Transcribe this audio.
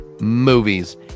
movies